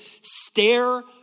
stare